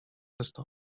przez